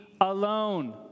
alone